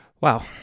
Wow